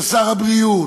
של שר הבריאות,